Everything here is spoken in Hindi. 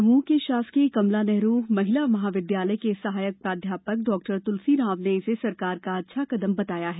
दमोह के शासकीय कमला नेहरू महिला महाविद्यालय के सहायक प्राद्यापक डॉ तुलसी राम ने इसे सरकार का अच्छा कदम बताया है